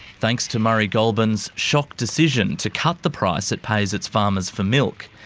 thanks to murray goulburn's shock decision to cut the price it pays its farmers for milk,